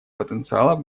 потенциалов